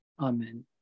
Amen